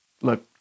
Look